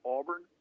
Auburn